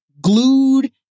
glued